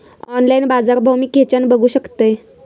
Online बाजारभाव मी खेच्यान बघू शकतय?